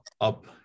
up